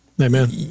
Amen